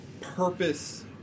purpose